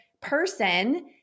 person